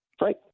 Right